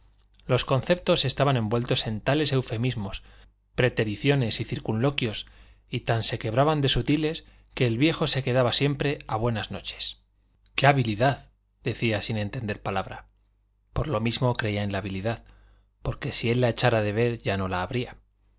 los conceptos estaban envueltos en tales eufemismos pretericiones y circunloquios y tan se quebraban de sutiles que el viejo se quedaba siempre a buenas noches qué habilidad decía sin entender palabra por lo mismo creía en la habilidad porque si él la echara de ver ya no la habría